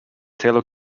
taylor